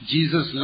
Jesus